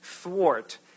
thwart